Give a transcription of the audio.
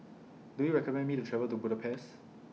Do YOU recommend Me to travel to Budapest